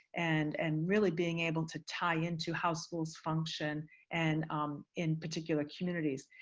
and and really being able to tie into how schools function and in particular communities.